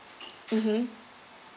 mmhmm